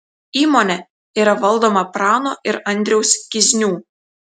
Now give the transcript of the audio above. įmonė yra valdoma prano ir andriaus kiznių